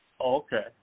Okay